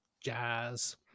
jazz